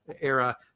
era